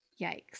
Yikes